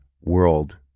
world